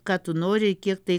ką tu nori kiek tai